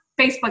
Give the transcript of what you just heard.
Facebook